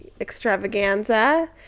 extravaganza